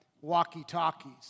walkie-talkies